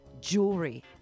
jewelry